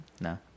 No